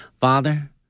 Father